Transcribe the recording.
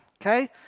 okay